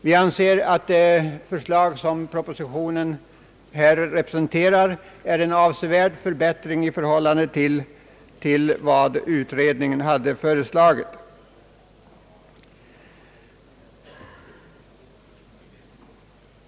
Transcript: Vi anser att propositionens förslag innebär en avsevärd förbättring i förhållande till vad utredningen hade förordat.